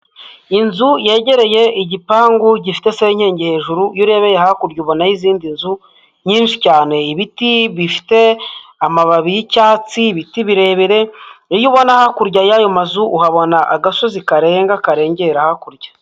Inzu yegereye igipangu gifite senyenge hejuru, iyo urebeye hakurya ubonayo izindi nzu nyinshi cyane, ibiti bifite amababi y'icyatsi, ibiti birebire, iyo ubona hakurya y'ayo mazu uhabona agasozi karenga karengengera hakurya.